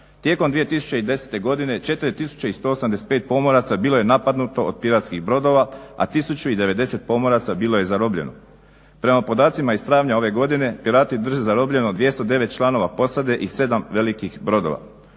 Tijekom 2010. godine 4185 pomoraca bilo je napadnuto od piratskih brodova, a 1095 pomoraca bilo je zarobljeno. Prema podacima iz travnja ove godine pirati drže zarobljeno 209 članova posade i 7 velikih brodova.